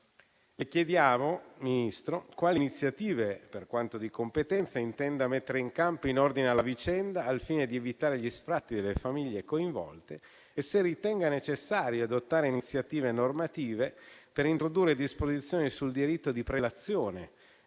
Le chiediamo, signor Ministro, quali iniziative, per quanto di competenza, intenda mettere in campo in ordine alla vicenda al fine di evitare gli sfratti delle famiglie coinvolte e se ritenga necessario adottare iniziative normative per introdurre disposizioni sul diritto di prelazione